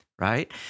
right